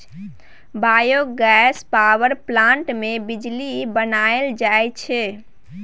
biogas power plant मे बिजली बनाएल जाई छै